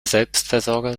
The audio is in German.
selbstversorger